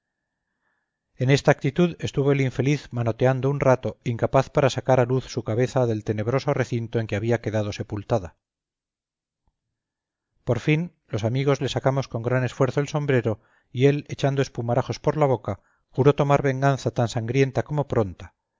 en esta actitud estuvo el infeliz manoteando un rato incapaz para sacar a luz su cabeza del tenebroso recinto en que había quedado sepultada por fin los amigos le sacamos con gran esfuerzo el sombrero y él echando espumarajos por la boca juró tomar venganza tan sangrienta como pronta